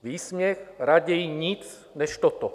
Výsměch, raději nic než toto.